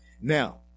Now